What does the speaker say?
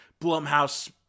Blumhouse